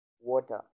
water